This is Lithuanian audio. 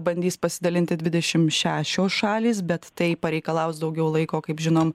bandys pasidalinti dvidešimt šešios šalys bet tai pareikalaus daugiau laiko kaip žinom